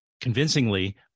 convincingly